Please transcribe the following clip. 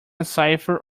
cipher